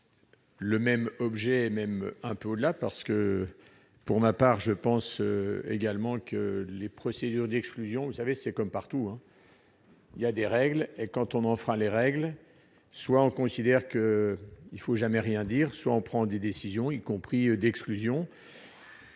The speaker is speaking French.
Le même objet, et même un peu au-delà, parce que pour ma part, je pense également que les procédures d'exclusion, vous savez c'est comme partout. Il y a des règles et quand on enfreint les règles, soit on considère qu'il faut jamais rien dire, soit on prend des décisions, y compris d'exclusion.